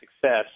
success